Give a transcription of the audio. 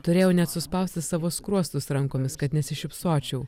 turėjau net suspausti savo skruostus rankomis kad nesišypsočiau